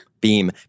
Beam